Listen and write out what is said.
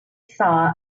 saw